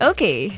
Okay